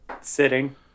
sitting